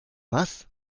was